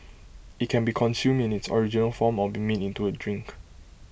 IT can be consume in its original form or be made into A drink